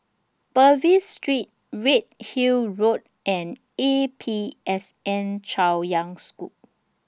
Purvis Street Redhill Road and A P S N Chaoyang School